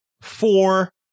four